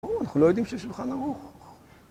אנחנו לא יודעים שיש שולחן ערוך.